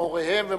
ומוריהם ומורותיהם.